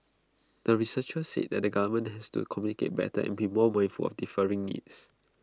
the researchers said that the government has to communicate better and be more wailful of differing needs